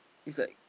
is like